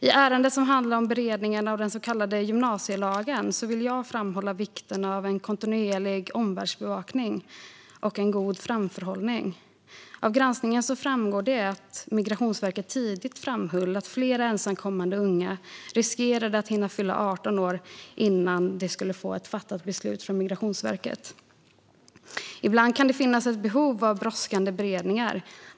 I ärendet som handlar om beredningen av den så kallade gymnasielagen vill jag framhålla vikten av "kontinuerlig omvärldsbevakning och god framförhållning". Av granskningen framgår att Migrationsverket tidigt framhöll att flera ensamkommande unga riskerade att hinna fylla 18 år innan de skulle få ett beslut från Migrationsverket. Ibland kan det finnas behov av brådskande beredningar.